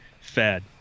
fed